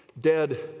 Dead